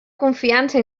confiança